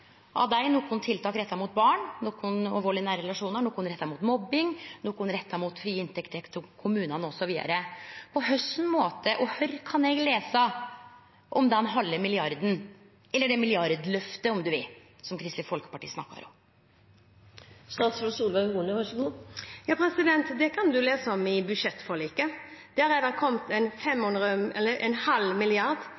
av dei er nokre tiltak retta mot barn og vald i nære relasjonar, nokre retta mot mobbing, nokre retta mot frie inntekter til kommunane, osv. På kva måte og kvar kan eg lese om den halve milliarden – eller det milliardløftet, om ein vil – som Kristeleg Folkeparti snakkar om? Det kan man lese om i budsjettforliket. Der har det